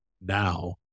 now